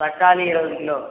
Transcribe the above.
தக்காளி இருபது கிலோ